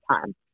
time